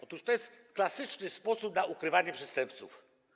Otóż to jest klasyczny sposób na ukrywanie przestępców.